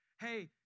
hey